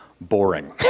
boring